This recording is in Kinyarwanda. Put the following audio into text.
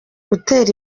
gutera